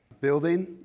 building